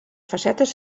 facetes